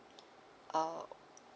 uh